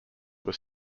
were